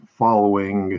following